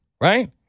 Right